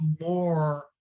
more